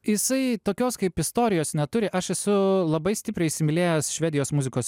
jisai tokios kaip istorijos neturi aš esu labai stipriai įsimylėjęs švedijos muzikos